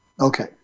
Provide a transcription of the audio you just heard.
Okay